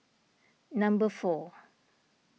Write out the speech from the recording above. number four